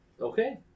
Okay